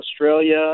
Australia